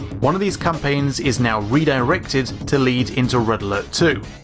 one of these campaigns is now redirected to lead into red alert two,